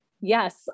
yes